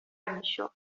میشد